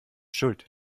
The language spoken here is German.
schuld